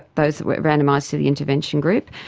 those that were randomised to the intervention group,